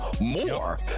more